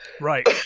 Right